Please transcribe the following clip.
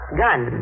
gun